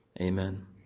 Amen